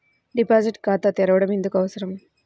Deposit ఖాతా తెరవడం ఎందుకు అవసరం?